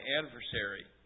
adversary